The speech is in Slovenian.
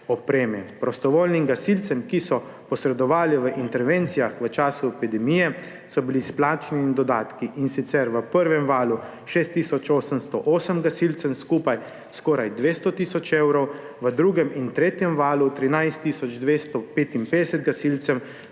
Prostovoljnim gasilcem, ki so posredovali v intervencijah v času epidemije, so bili izplačani dodatki. In sicer v prvem valu 6 tisoč 808 gasilcem skupaj skoraj 200 tisoč evrov, v drugem in tretjem valu 13 tisoč 255 gasilcem